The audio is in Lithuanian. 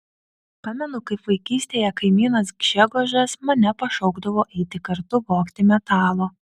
pamenu kaip vaikystėje kaimynas gžegožas mane pašaukdavo eiti kartu vogti metalo